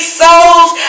souls